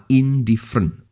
indifferent